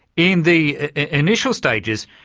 in the initial stages,